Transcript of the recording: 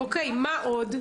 מה עוד?